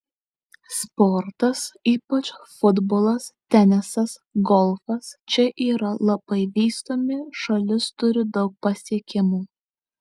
sportas ypač futbolas tenisas golfas čia yra labai vystomi šalis turi daug pasiekimų